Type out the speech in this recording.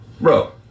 Bro